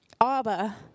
Abba